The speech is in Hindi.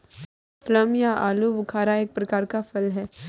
प्लम या आलूबुखारा एक प्रकार का फल है